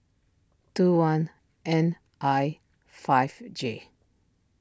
two one N I five J